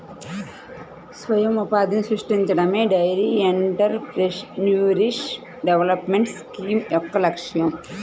స్వయం ఉపాధిని సృష్టించడమే డెయిరీ ఎంటర్ప్రెన్యూర్షిప్ డెవలప్మెంట్ స్కీమ్ యొక్క లక్ష్యం